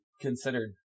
considered